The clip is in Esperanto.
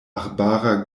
arbara